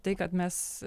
tai kad mes